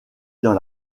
dans